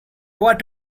what